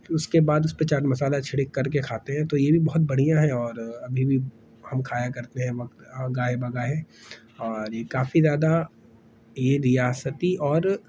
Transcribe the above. پھر اس کے بعد اس پہ چاٹ مسالہ چھڑک کر کے کھاتے ہیں تو یہ بھی بہت بڑھیاں ہے اور ابھی بھی ہم کھایا کرتے ہیں ہر وقت گاہے بہ گاہے اور یہ کافی زیادہ یہ ریاستی اور